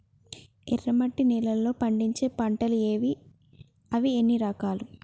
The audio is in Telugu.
ఎర్రమట్టి నేలలో పండించే పంటలు ఏవి? అవి ఎన్ని రకాలు?